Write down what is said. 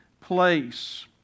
place